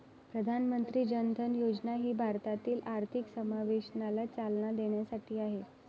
प्रधानमंत्री जन धन योजना ही भारतातील आर्थिक समावेशनाला चालना देण्यासाठी आहे